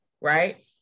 right